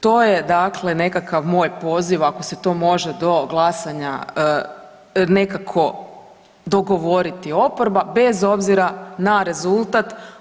To je dakle nekakav moj poziv ako se to može do glasanja nekako dogovoriti oporba bez obzira na rezultat.